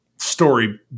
Story